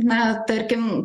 na tarkim